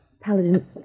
Paladin